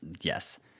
yes